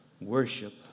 worship